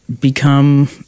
become